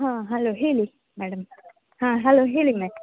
ಹಾಂ ಹಲೋ ಹೇಳಿ ಮೇಡಮ್ ಹಾಂ ಹಲೋ ಹೇಳಿ ಮೆ